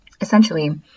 essentially